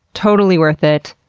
totally worth it.